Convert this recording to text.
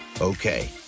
Okay